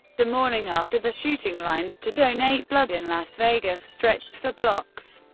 the morning after the shooting, lines to donate blood in las vegas stretched for blocks.